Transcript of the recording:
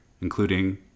including